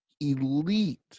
elite